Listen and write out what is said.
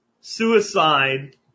suicide